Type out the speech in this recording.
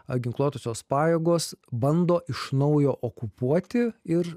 ar ginkluotosios pajėgos bando iš naujo okupuoti ir